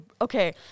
Okay